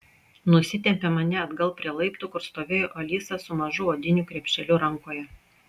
nusitempė mane atgal prie laiptų kur stovėjo alisa su mažu odiniu krepšeliu rankoje